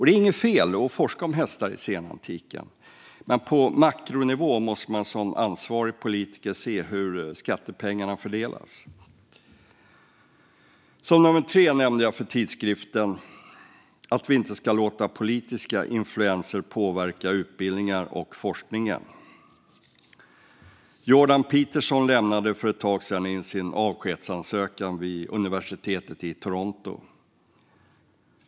Det är inget fel att forska om hästar i senantiken, men på makronivå måste man som ansvarig politiker se hur skattepengarna fördelas. Det tredje jag nämnde för tidskriften var att vi inte ska låta politiska influenser påverka utbildningar och forskningen. Jordan Peterson lämnade för ett tag sedan in sin avskedsansökan vid universitetet i Toronto.